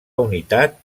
unitat